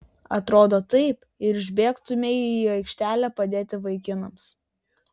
atrodo taip ir išbėgtumei į aikštelę padėti vaikinams